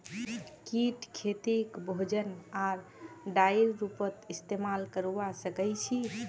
कीट खेतीक भोजन आर डाईर रूपत इस्तेमाल करवा सक्छई